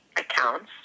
accounts